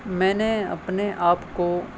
میں نے اپنے آپ کو